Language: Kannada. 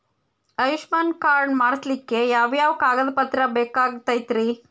ಆಯುಷ್ಮಾನ್ ಕಾರ್ಡ್ ಮಾಡ್ಸ್ಲಿಕ್ಕೆ ಯಾವ ಯಾವ ಕಾಗದ ಪತ್ರ ಬೇಕಾಗತೈತ್ರಿ?